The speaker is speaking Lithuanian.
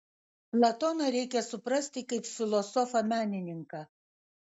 platoną reikia suprasti kaip filosofą menininką